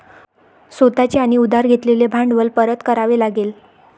स्वतः चे आणि उधार घेतलेले भांडवल परत करावे लागेल